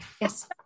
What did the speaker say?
Yes